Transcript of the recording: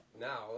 now